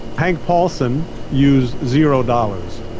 hank paulson used zero dollars,